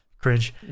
Cringe